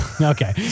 Okay